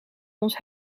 ons